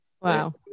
Wow